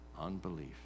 unbelief